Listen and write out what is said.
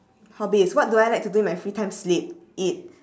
hobbies what do I like to do in my free time sleep eat